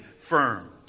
firm